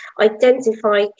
identify